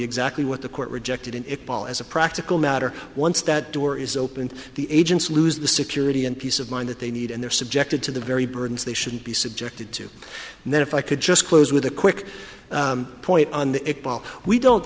exactly what the court rejected it paul as a practical matter once that door is opened the agents lose the security and peace of mind that they need and they're subjected to the very burdens they shouldn't be subjected to and then if i could just close with a quick point on the it paul we don't